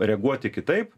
reaguoti kitaip